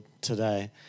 today